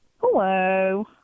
Hello